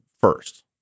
first